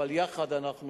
אבל בסוף אנחנו